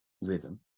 rhythm